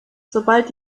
sobald